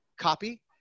copy